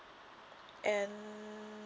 and